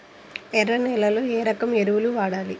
ఎర్ర నేలలో ఏ రకం ఎరువులు వాడాలి?